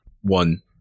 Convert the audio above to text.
One